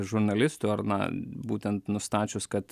žurnalistų ar na būtent nustačius kad